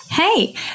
Hey